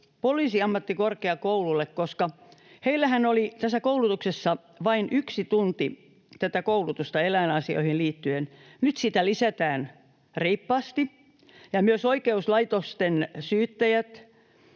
Poliisiammattikorkeakoululle. Heillähän oli koulutuksessa vain yksi tunti koulutusta eläinasioihin liittyen. Nyt sitä lisätään reippaasti, ja myös muun muassa oikeuslaitosten syyttäjiäkin